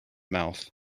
mouth